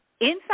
Inside